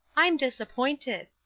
i'm disappointed.